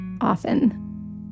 often